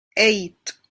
eight